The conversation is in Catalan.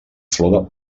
flor